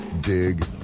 dig